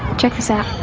check this out.